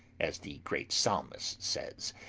as the great psalmist says.